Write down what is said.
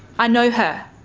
i know her,